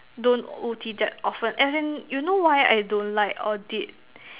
don't O_T that often as in you know why I don't like audit